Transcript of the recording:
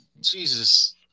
Jesus